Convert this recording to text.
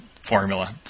formula